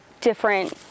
different